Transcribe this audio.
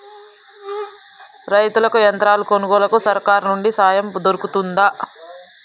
రైతులకి యంత్రాలు కొనుగోలుకు సర్కారు నుండి సాయం దొరుకుతదా?